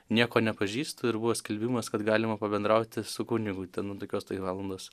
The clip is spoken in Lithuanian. nieko nepažįstu ir buvo skelbimas kad galima pabendrauti su kunigu ten nuo tokios tai valandos